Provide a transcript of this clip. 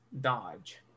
dodge